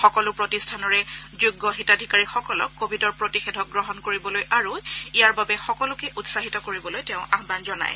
সকলো প্ৰতিষ্ঠানাকে যোগ্য হিতাধীকাৰীসকলক কোৱিডৰ প্ৰতিষেধক গ্ৰহণ কৰিবলৈ আৰু ইয়াৰ বাবে সকলোকে উৎসাহিত কৰিবলৈ আহ্বান জনায়